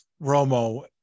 Romo